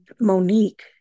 Monique